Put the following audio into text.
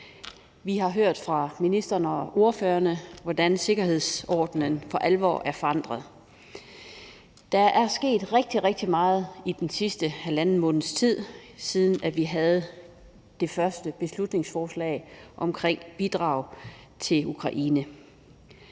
vi har hørt fra ministeren og ordførerne, hvordan sikkerhedsordenen for alvor er forandret. Der er sket rigtig, rigtig meget i den sidste halvanden måneds tid, siden vi havde det første beslutningsforslag omkring et bidrag til Ukraine.